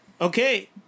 Okay